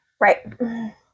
Right